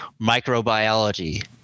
microbiology